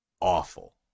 awful